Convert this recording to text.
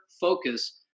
focus